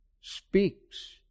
speaks